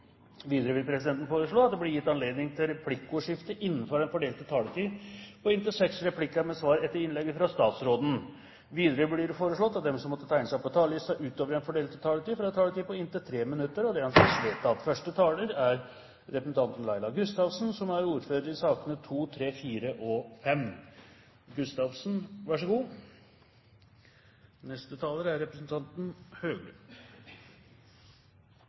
Videre vil presidenten foreslå at det blir gitt anledning til replikkordskifte på inntil seks replikker med svar etter innlegget fra statsråden innenfor den fordelte taletid. Videre blir det foreslått at de som måtte tegne seg på talerlisten utover den fordelte taletid, får en taletid på inntil tre minutter. – Det anses vedtatt. Sikkerhetspolitikken er viktig for Norge. Det er derfor fint som stortingsrepresentant å debutere som ordfører for fire saker som alle har med sikkerhet å gjøre. Sikkerhetspolitikkens mål er å bevare Norges suverenitet og